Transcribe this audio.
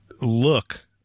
look